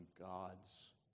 God's